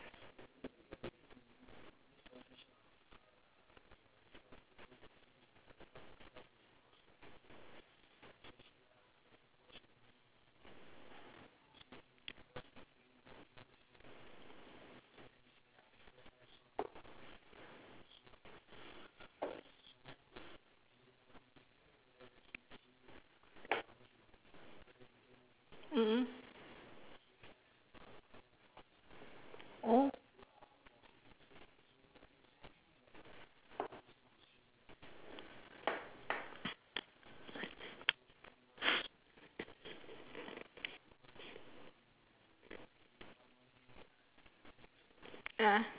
mm mm a'ah